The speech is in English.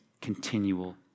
continual